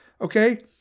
okay